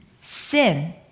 Sin